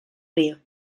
río